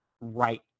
right